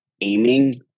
aiming